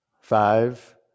Five